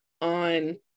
on